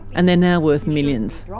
and they're now worth millions.